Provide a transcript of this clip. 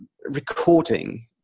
recording